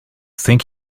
think